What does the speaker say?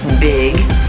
Big